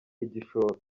igishoro